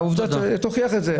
העובדות יוכיחו את זה.